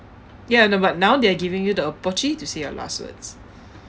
ya the but now they are giving you the opportunity to say your last words